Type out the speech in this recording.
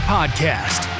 Podcast